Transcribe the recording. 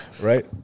Right